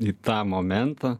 į tą momentą